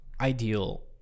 ideal